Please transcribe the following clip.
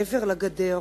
מעבר לגדר,